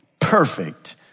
perfect